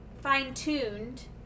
fine-tuned